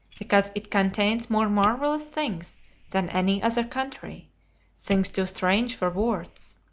because it contains more marvellous things than any other country things too strange for words.